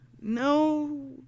No